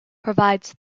provides